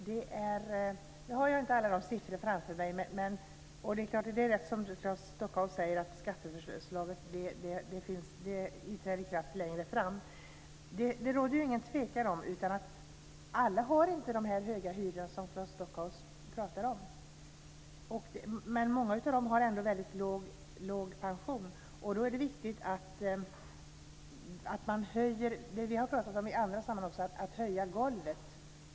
Fru talman! Jag har inte alla siffror framför mig. Det är rätt, som Claes Stockhaus säger, att skatteförslaget träder i kraft längre fram. Det råder ingen tvekan om att alla inte har de höga hyror som Claes Stockhaus talar om. Men många av dem har ändå en väldigt låg pension. Då är det viktigt, vilket vi har talat om i andra sammanhang, att höja golvet.